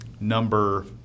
number